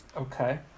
okay